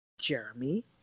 Jeremy